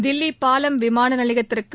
தில்லி பாலம் விமான நிலையத்திற்கு